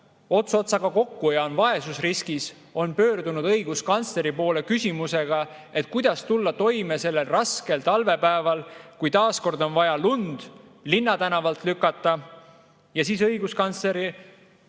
ots otsaga kokku ja on vaesusriskis, on pöördunud õiguskantsleri poole küsimusega, kuidas tulla toime raskel talvepäeval, kui taas kord on vaja lund linnatänavalt lükata, siis õiguskantsler